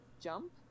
jump